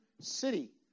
city